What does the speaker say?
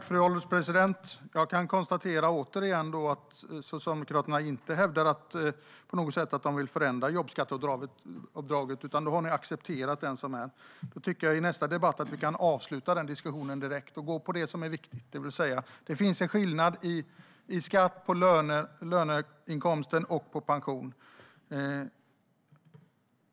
Fru ålderspresident! Jag kan återigen konstatera att Socialdemokraterna inte på något sätt hävdar att de vill förändra jobbskatteavdraget utan att de har accepterat det. Då tycker jag att vi kan avsluta den diskussionen direkt och i nästa debatt gå in på det som är viktigt, det vill säga att det finns en skillnad i skatt på löneinkomster och på pensioner.